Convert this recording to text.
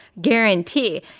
guarantee